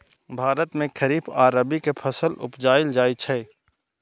भारत मे खरीफ आ रबी के फसल उपजाएल जाइ छै